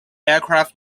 aircraft